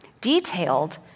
detailed